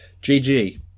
GG